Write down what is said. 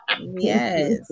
Yes